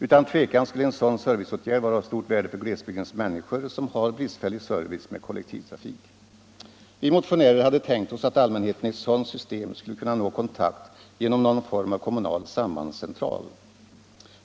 Utan tvekan skulle en sådan serviceåtgärd vara av stort värde för glesbygdens människor som har bristfällig service med kollektivtrafik. Vi motionärer hade tänkt oss att allmänheten i ett sådant system skulle kunna nå kontakt genom någon form av kommunal sambandscentral.